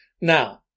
Now